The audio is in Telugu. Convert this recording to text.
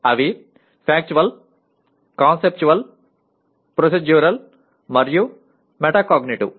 ఇవి ఫ్యాక్చువల్ కాన్సెప్చువల్ ప్రోసెడ్యూరల్ మరియు మెటాకాగ్నిటివ్